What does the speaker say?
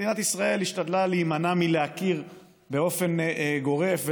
מדינת ישראל השתדלה להימנע מלהכיר באופן גורף,